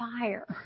fire